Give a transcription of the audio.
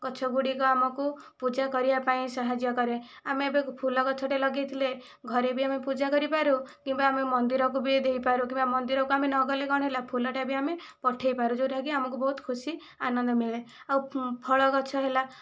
ଗଛ ଗୁଡ଼ିକ ଆମକୁ ପୂଜା କରିବା ପାଇଁ ସାହାଯ୍ୟ କରେ ଆମେ ଏବେ ଫୁଲ ଗଛଟିଏ ଲଗେଇ ଥିଲେ ଘରେ ବି ଆମେ ପୂଜା କରିପାରୁ କିମ୍ବା ଆମେ ମନ୍ଦିରକୁ ବି ଦେଇପାରୁ କିମ୍ବା ମନ୍ଦିରକୁ ଆମେ ନ ଗଲେ କ'ଣ ହେଲା ଫୁଲଟିଏ ବି ଆମେ ପଠେଇପାରୁ ଯେଉଁଟାକି ଆମକୁ ବହୁତ ଖୁସି ଆନନ୍ଦ ମିଳେ ଆଉ ଫଳ ଗଛ ହେଲା